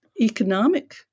economic